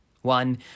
One